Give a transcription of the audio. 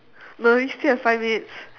no we still have five minutes